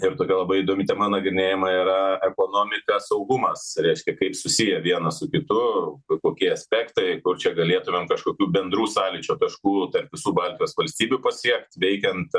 ir todėl labai įdomi tema nagrinėjama yra ekonomika saugumas reiškia kaip susiję vienas su kitu kur kokie aspektai kur čia galėtumėm kažkokių bendrų sąlyčio taškų tarp visų baltijos valstybių pasiekt veikiant